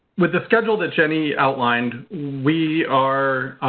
with the schedule that jenny outlined, we are